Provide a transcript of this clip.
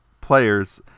players